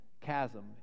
chasm